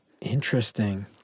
Interesting